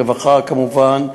רווחה כמובן,